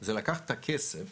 זה לקחת את הכסף